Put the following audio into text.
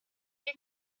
your